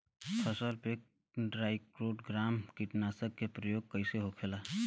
फसल पे trichogramma कीटनाशक के प्रयोग कइसे होखेला?